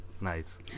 Nice